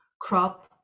crop